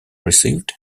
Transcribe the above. received